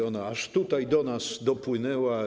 Ona aż tutaj do nas dopłynęła.